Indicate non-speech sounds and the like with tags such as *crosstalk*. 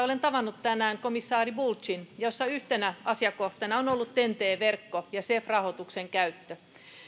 *unintelligible* olen tavannut tänään komissaari bulcin ja siinä yhtenä asiakohtana on ollut ten t verkko ja cef rahoituksen käyttö